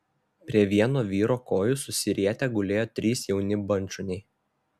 prie vieno vyro kojų susirietę gulėjo trys jauni bandšuniai